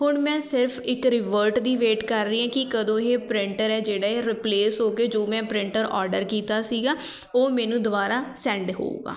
ਹੁਣ ਮੈਂ ਸਿਰਫ ਇੱਕ ਰਿਵਰਟ ਦੀ ਵੇਟ ਕਰ ਰਹੀ ਹਾਂ ਕਿ ਕਦੋਂ ਇਹ ਪ੍ਰਿੰਟਰ ਹੈ ਜਿਹੜਾ ਇਹ ਰਿਪਲੇਸ ਹੋ ਕੇ ਜੋ ਮੈਂ ਪ੍ਰਿੰਟਰ ਔਡਰ ਕੀਤਾ ਸੀਗਾ ਉਹ ਮੈਨੂੰ ਦੁਬਾਰਾ ਸੈਂਡ ਹੋਊਗਾ